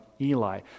Eli